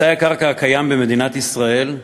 מצאי הקרקע הקיים במדינת ישראל,